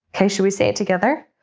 okay, should we say it together?